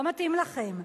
לא מתאים לכם.